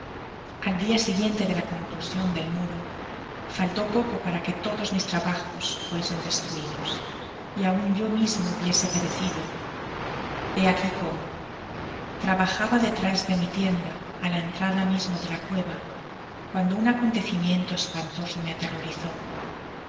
al dia siguiente dela conclusion del muro faltó pocopara que todos mis trabajos fuesen destruidos y aun yo mismo hubiese perecido hé aqui cómo trabajaba detrás de mi tienda á la entrada mismo de la cueva cuando un acontecimiento espantoso me aterrorizó